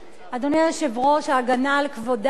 אדוני היושב-ראש, ההגנה על כבודן,